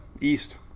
east